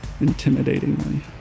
intimidatingly